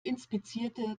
inspizierte